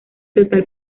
total